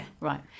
Right